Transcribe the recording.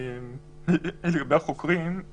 שם המוקדן יש לו סט מסוים של מצבים שהוא יכול לשחרר והוא משחרר.